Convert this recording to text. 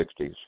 1960s